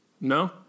No